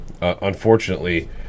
unfortunately